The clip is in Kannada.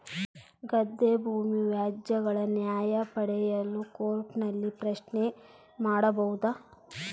ಗದ್ದೆ ಭೂಮಿ ವ್ಯಾಜ್ಯಗಳ ನ್ಯಾಯ ಪಡೆಯಲು ಕೋರ್ಟ್ ನಲ್ಲಿ ಪ್ರಶ್ನೆ ಮಾಡಬಹುದಾ?